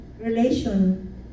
relation